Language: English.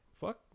Fuck